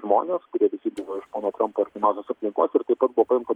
žmones kurie visi buvo iš pono trampo artimiausios aplinkos ir taip pat buvo paimta